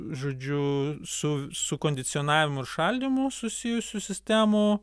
žodžiu su su kondicionavimu ir šaldymu susijusių sistemų